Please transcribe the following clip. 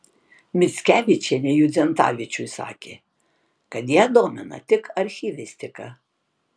mickevičienė judzentavičiui sakė kad ją domina tik archyvistika